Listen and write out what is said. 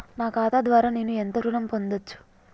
నా ఖాతా ద్వారా నేను ఎంత ఋణం పొందచ్చు?